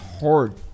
hard